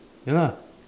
ya lah